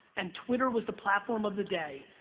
and twitter was the platform of the day,